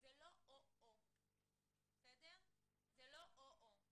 זה לא או זה או זה, זה גם וגם.